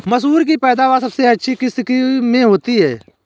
मसूर की पैदावार सबसे अधिक किस किश्त में होती है?